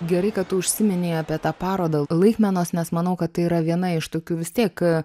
gerai kad tu užsiminei apie tą parodą laikmenos nes manau kad tai yra viena iš tokių vis tiek